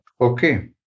Okay